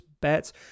bets